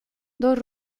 dos